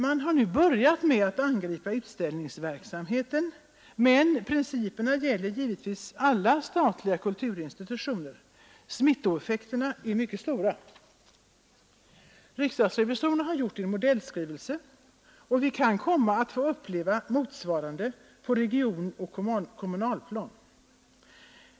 Man har nu börjat med att angripa utställningsverksamheten, men principerna gäller givetvis alla statliga kulturinstitutioner. Smittoeffekterna är mycket stora. Riksdagsrevisorerna har gjort en modellskrivelse, och vi kan komma att få uppleva motsvarande på regionoch kommunalplan.